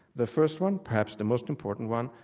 the first one, perhaps the most important one,